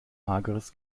hageres